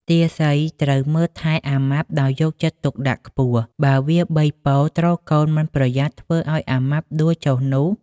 ទាសីត្រូវមើលថែអាម៉ាប់ដោយយកចិត្តទុកដាក់ខ្ពស់ បើវាបីពរទ្រកូនមិនប្រយ័ត្នធ្វើឱ្យ អាម៉ាប់ដួលចុះនោះ?។